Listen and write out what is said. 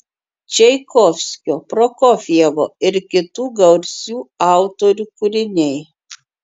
čaikovskio prokofjevo ir kitų garsių autorių kūriniai